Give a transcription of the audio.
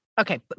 Okay